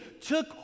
took